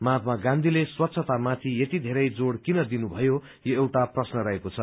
महात्मा गाँधीले स्वच्छतामाथि यति बेरै जोर किन दिनुहुन्थ्यो यो एउटा प्रश्न रहेको छ